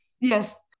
Yes